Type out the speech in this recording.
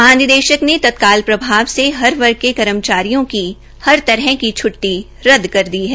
महानिदेशक ने तत्काल प्रभाव से हर वर्ग के कर्मचारियों की हर तरह से छ्ट्टी रदद कर है